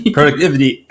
productivity